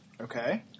Okay